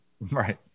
Right